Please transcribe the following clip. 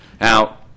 now